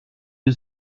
die